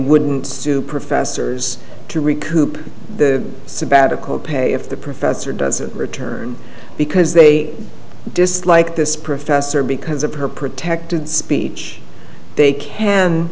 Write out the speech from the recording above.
wouldn't do professors to recoup sabbatical pay if the professor doesn't return because they dislike this professor because of her protected speech they can